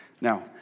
Now